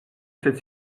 cette